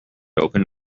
open